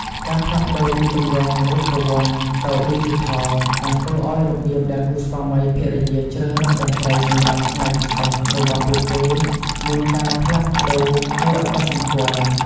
ការផ្លាស់ប្តូរពីទម្រង់រូបវ័ន្តទៅឌីជីថលបានធ្វើឱ្យរបៀបដែលគូស្វាមីភរិយាជ្រើសរើសតន្ត្រីសម្រាប់ថ្ងៃពិសេសរបស់ពួកគេមានការផ្លាស់ប្តូរគួរឱ្យកត់សម្គាល់។